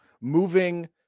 moving